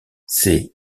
ses